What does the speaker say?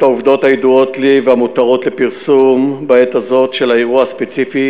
העובדות הידועות לי והמותרות לפרסום בעת הזאת של האירוע הספציפי,